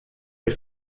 les